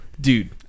dude